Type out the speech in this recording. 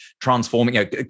transforming